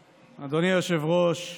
היושב-ראש,